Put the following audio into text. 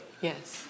Yes